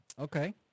Okay